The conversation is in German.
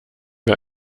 wir